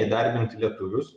įdarbinti lietuvius